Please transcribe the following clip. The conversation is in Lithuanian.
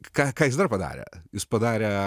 ką jis dar padarė jis padarė